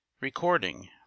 Recording